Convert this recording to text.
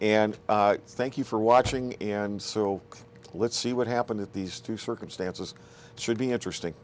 and thank you for watching and so let's see what happened at these two circumstances should be interesting